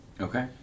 Okay